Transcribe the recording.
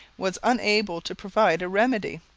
was unable to provide a remedy,